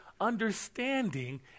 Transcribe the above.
understanding